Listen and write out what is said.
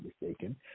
mistaken